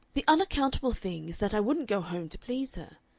the unaccountable thing is that i wouldn't go home to please her.